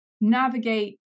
navigate